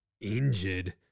injured